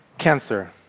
Cancer